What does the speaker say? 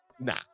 Nah